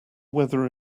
weather